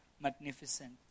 magnificent